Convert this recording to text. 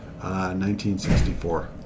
1964